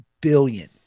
billion